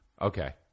Okay